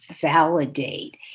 validate